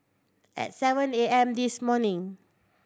at seven A M this morning